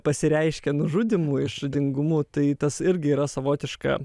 pasireiškia nužudymų išradingumu tai tas irgi yra savotiška